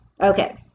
okay